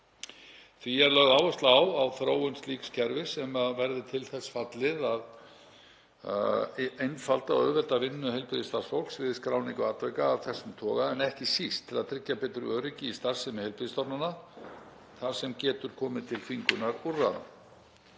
Því er lögð áhersla á þróun slíks kerfis sem verði til þess fallið að einfalda og auðvelda vinnu heilbrigðisstarfsfólks við skráningu atvika af þessum toga en ekki síst til að tryggja betur öryggi í starfsemi heilbrigðisstofnana þar sem getur komið til þvingunarúrræða.